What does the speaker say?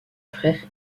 frère